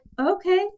okay